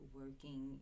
working